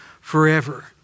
forever